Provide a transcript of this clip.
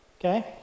okay